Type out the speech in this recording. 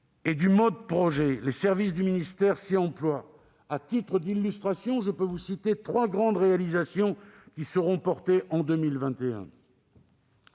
en mode projet. Les services du ministère s'y emploient. À titre d'illustration, je peux vous citer trois grandes réalisations en 2021